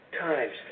Times